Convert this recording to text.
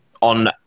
on